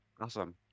Awesome